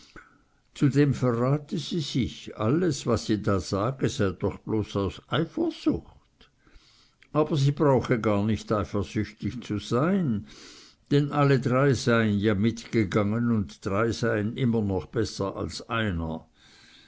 zudem verrate sie sich alles was sie da sage sei doch bloß aus eifersucht aber sie brauche gar nicht eifersüchtig zu sein denn alle drei seien ja mitgegangen und drei seien immer besser als einer